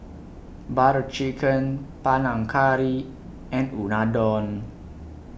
Butter Chicken Panang Curry and Unadon